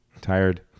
tired